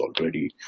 already